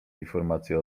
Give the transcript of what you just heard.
informacje